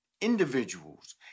individuals